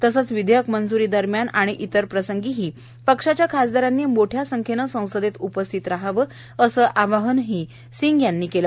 तसंच विधेयक मंजूरी दरम्यान आणि इतर प्रसंगीही पक्षाच्या खासदारांनी मोठ्या संख्येनं संसदेत उपस्थित रहावं असं आवाहनही सिंग यांनी केलं